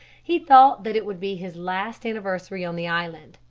he thought that it would be his last anniversary on the island.